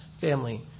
Family